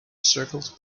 circled